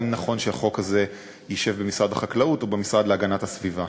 האם נכון שהחוק הזה ישב במשרד החקלאות או במשרד להגנת הסביבה.